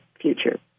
future